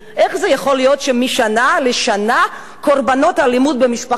איך זה יכול להיות שמשנה לשנה קורבנות אלימות במשפחה,